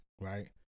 right